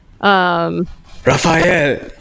Raphael